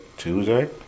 Tuesday